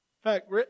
fact